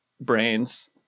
brains